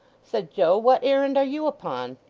said joe. what errand are you upon